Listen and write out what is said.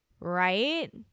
right